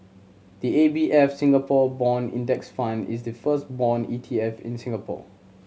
the A B F Singapore Bond Index Fund is the first bond E T F in Singapore